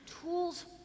Tools